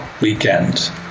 weekend